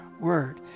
word